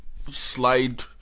slide